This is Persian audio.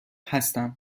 هستم